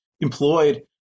employed